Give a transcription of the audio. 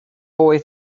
boy